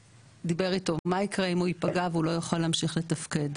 דיבר איתו מה יקרה אם הוא ייפגע ולא יוכל להמשיך לתפקד.